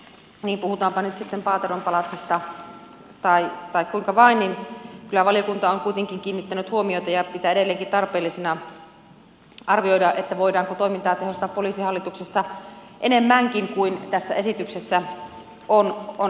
niin puhutaanpa nyt sitten paateron palatsista tai kuinka vain niin kyllä valiokunta on kuitenkin kiinnittänyt huomiota ja pitää edelleenkin tarpeellisena arvioida voidaanko toimintaa tehostaa poliisihallituksessa enemmänkin kuin tässä esityksessä on annettu